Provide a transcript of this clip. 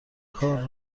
کار